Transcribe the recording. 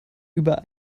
über